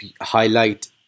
highlight